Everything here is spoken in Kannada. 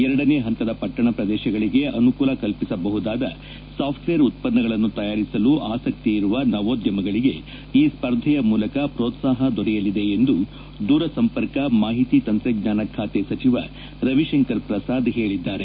ಎರಡನೇ ಹಂತದ ಪಟ್ಟಣ ಪ್ರದೇಶಗಳಿಗೆ ಅನುಕೂಲ ಕಲ್ಪಿಸಬಹುದಾದ ಸಾಫ್ಟ್ವೇರ್ ಉತ್ಪನ್ನಗಳನ್ನು ತಯಾರಿಸಲು ಆಸಕ್ತಿಯಿರುವ ನವೋದ್ಯಮಗಳಿಗೆ ಈ ಸ್ಪರ್ಧೆಯ ಮೂಲಕ ಪ್ರೋತ್ಪಾಹ ದೊರೆಯಲಿದೆ ಎಂದು ದೂರಸಂಪರ್ಕ ಮಾಹಿತಿ ತಂತ್ರಜ್ಞಾನ ಖಾತೆ ಸಚಿವ ರವಿಶಂಕರ್ ಪ್ರಸಾದ್ ಹೇಳಿದ್ದಾರೆ